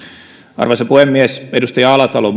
arvoisa puhemies muiden muassa edustaja alatalo